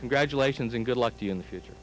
congratulations and good luck to you in the future